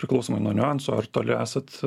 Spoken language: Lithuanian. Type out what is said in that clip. priklausomai nuo niuansų ar toli esat